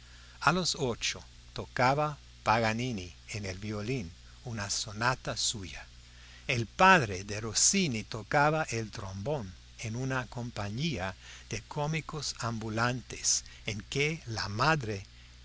a los ocho tocaba paganini en el violín una sonata suya el padre de rossini tocaba el trombón en una compañía de cómicos ambulantes en que la madre